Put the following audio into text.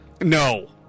No